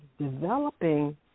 developing